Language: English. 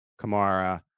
Kamara